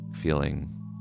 feeling